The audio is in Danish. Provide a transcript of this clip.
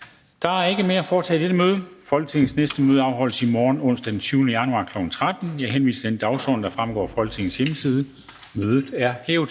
Der er ikke mere at foretage i dette møde. Folketingets næste møde afholdes i morgen, onsdag den 20. januar 2021, kl. 13.00. Jeg henviser til den dagsorden, der fremgår af Folketingets hjemmeside. Mødet er hævet.